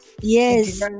yes